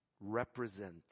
Represent